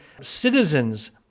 citizens